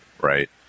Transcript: right